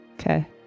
Okay